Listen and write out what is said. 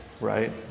right